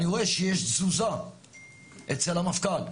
אני רואה שיש תזוזה אצל המפכ"ל.